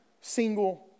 single